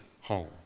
home